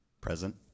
Present